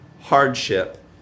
hardship